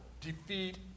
defeat